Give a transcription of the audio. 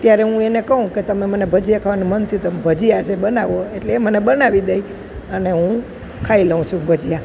ત્યારે હું એને કહું કે તમે મને ભજીયા ખાવાનું મન થયું તમે ભજીયા આજે બનાવો એટલે એ મને બનાવી દે અને હું ખાઈ લઉં છું ભજીયા